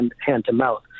hand-to-mouth